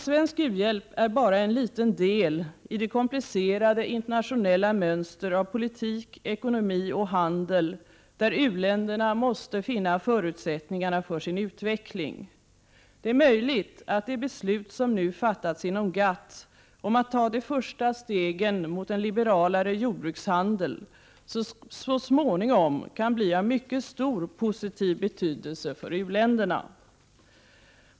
Svensk u-hjälp är bara en liten del i det komplicerade internationella mönster av politik, ekonomi och handel där u-länderna måste finna förutsättningarna för sin utveckling. Det är möjligt att det beslut som nu fattats inom GATT om att ta de första stegen mot en liberalare jordbrukshandel så småningom kan bli av mycket stor positiv betydelse för u-länderna.